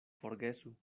forgesu